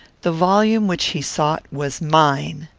the volume which he sought was mine.